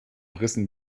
rissen